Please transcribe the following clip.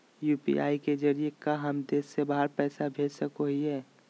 UPI के जरिए का हम देश से बाहर पैसा भेज सको हियय?